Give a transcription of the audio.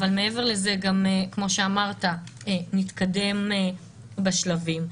אבל מעבר לזה, כמו שאמרת, נתקדם בשלבים.